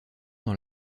dans